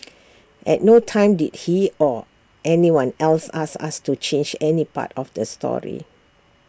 at no time did he or anyone else ask us to change any part of the story